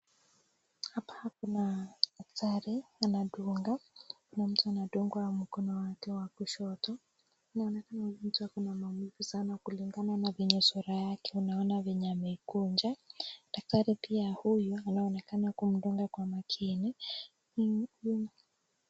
Hapa kuna daktari anadunga, kuna mtu anadungwa mkono wake wa kushoto na inaonekana mtu akona maumivu sana kulingana na venye sura yake unaona venye ameikunja, daktari pia huyu anaonekana kumdunga kwa makini.